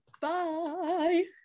Bye